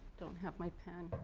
don't have my pen,